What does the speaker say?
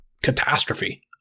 catastrophe